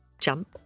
jump